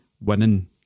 winning